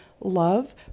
love